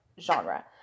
genre